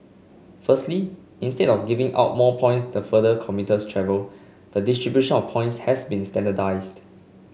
firstly instead of giving out more points the further commuters travel the distribution of points has been standardised